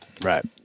right